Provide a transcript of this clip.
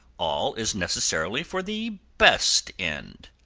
all is necessarily for the best end.